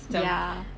ya